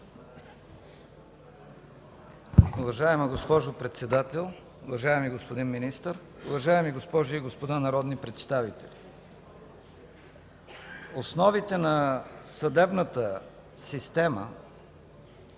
Уважаема госпожо Председател, уважаеми господин Министър, уважаеми госпожи и господа народни представители! Основите на съдебната система,